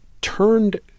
turned –